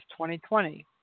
2020